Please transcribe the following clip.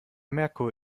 merkur